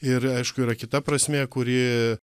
ir aišku yra kita prasmė kuri